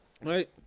right